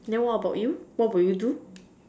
then what about you what will you do